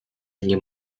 dnie